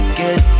get